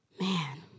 Man